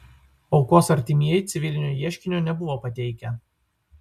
aukos artimieji civilinio ieškinio nebuvo pateikę